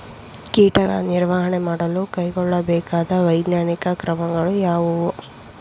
ಕೀಟಗಳ ನಿರ್ವಹಣೆ ಮಾಡಲು ಕೈಗೊಳ್ಳಬೇಕಾದ ವೈಜ್ಞಾನಿಕ ಕ್ರಮಗಳು ಯಾವುವು?